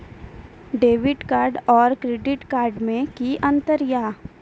Debit card और credit card मे कि अंतर या?